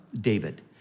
David